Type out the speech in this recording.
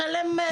לשלם על טלפון".